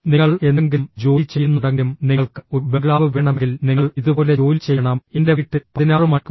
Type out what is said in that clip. നിങ്ങൾ എന്തെങ്കിലും ജോലി ചെയ്യുന്നുണ്ടെങ്കിലും നിങ്ങൾക്ക് ഒരു ബംഗ്ലാവ് വേണമെങ്കിൽ നിങ്ങൾ ഇതുപോലെ ജോലി ചെയ്യണം എന്റെ വീട്ടിൽ 16 മണിക്കൂർ